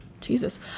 Jesus